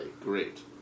Great